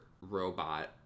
robot